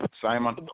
Simon